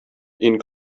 این